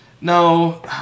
no